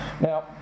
Now